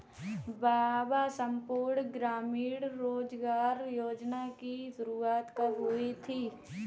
बाबा संपूर्ण ग्रामीण रोजगार योजना की शुरुआत कब हुई थी?